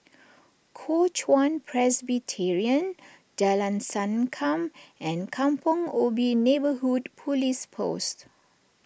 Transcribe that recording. Kuo Chuan Presbyterian Jalan Sankam and Kampong Ubi Neighbourhood Police Post